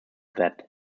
that